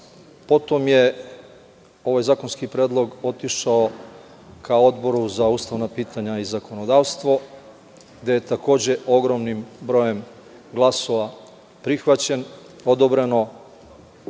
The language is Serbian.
Potom je ovaj zakonski predlog otišao ka Odboru za ustavna pitanja i zakonodavstvo, gde je takođe ogromnim brojem glasova prihvaćeno, odobreno